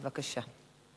בבקשה.